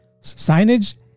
signage